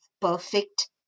perfect